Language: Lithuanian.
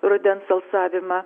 rudens alsavimą